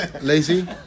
Lazy